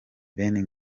ben